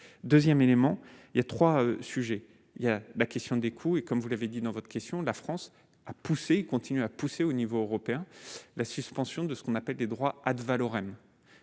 2ème élément, il y a 3 sujets il y a la question des coûts et comme vous l'avez dit dans votre question, la France a poussé continuer à pousser au niveau européen, la suspension de ce qu'on appelle des droits Ad Valorem